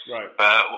Right